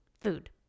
Food